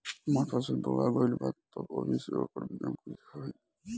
हमार फसल बोवा गएल बा तब अभी से ओकर बीमा कइसे होई?